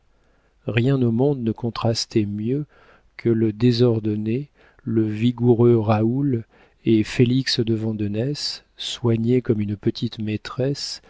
rien au monde ne contrastait mieux que le désordonné le vigoureux raoul et félix de vandenesse soigné comme une petite maîtresse